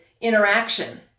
interaction